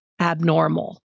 abnormal